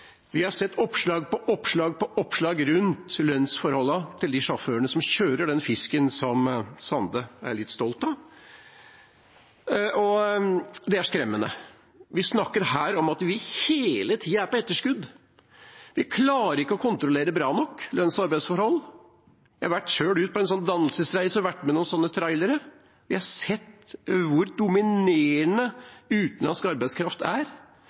Vi har sett oppslag på oppslag rundt lønnsforholdene til de sjåførene som kjører den fisken som Sande er litt stolt av, og det er skremmende. Vi snakker her om at vi hele tida er på etterskudd. Vi klarer ikke å kontrollere lønns- og arbeidsforhold bra nok. Jeg har sjøl vært ute på en dannelsesreise og vært med noen sånne trailere. Jeg har sett hvor dominerende utenlandsk arbeidskraft er.